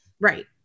Right